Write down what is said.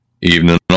evening